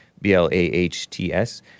B-L-A-H-T-S